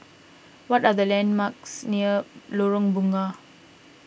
what are the landmarks near Lorong Bunga